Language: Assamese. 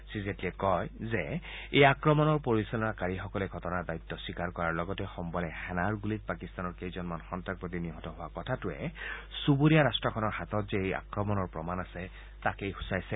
শ্ৰীজেটলীয়ে কয় যে এই আক্ৰমণৰ পৰিচালনা কাৰিসকলে ঘটনাৰ দায়িত্ব স্বীকাৰ কৰাৰ লগতে সোমবাৰে সেনাৰ গুলীত পাকিস্তানৰ কেইজনমান সন্তাসবাদী নিহত হোৱা কথাটোৱে চুবুৰীয়া ৰাট্টখনৰ হাতত যে এই আক্ৰমণৰ প্ৰমাণ আছে তাকে সূচাইছে